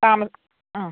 താമ ആ